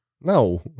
No